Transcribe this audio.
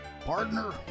Partner